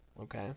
Okay